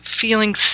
feeling